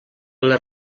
les